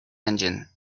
engine